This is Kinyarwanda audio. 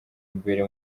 imbere